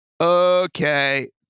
Okay